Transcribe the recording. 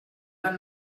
del